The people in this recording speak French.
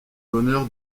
l’honneur